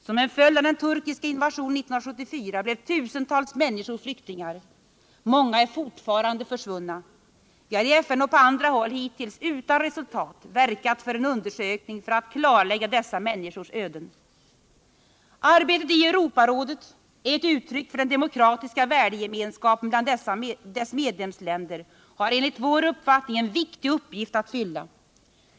Som en följd av den turkiska invasionen 1974 blev tusentals människor flyktingar. Många är fortfarande försvunna. Vi har i FN och på många andra håll hittills utan resultat verkat för en undersökning för att klarlägga dessa människors öden. Arbetet i Europarådet är ett uttryck för den demokratiska värdegemenskapen bland dess medlemsländer och har enligt vår uppfattning en viktig uppgift att fylla.